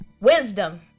wisdom